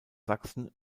sachsen